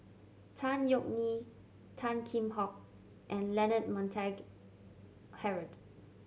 Tan Yeok Nee Tan Kheam Hock and Leonard Montague Harrod